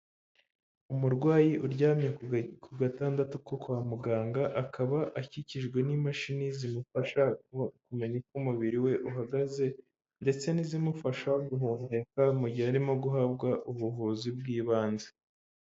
Umurwayi uryamye ku gatanda ko kwa muganga, akaba akikijwe n'imashini zimufasha mu kumenya uko umubiri we uhagaze ndetse n'izimufasha guhumeka mu gihe arimo guhabwa ubuvuzi bw'ibanze.